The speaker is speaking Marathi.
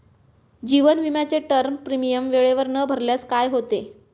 जीवन विमाचे टर्म प्रीमियम वेळेवर न भरल्यास काय होते?